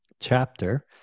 chapter